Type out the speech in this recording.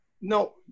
No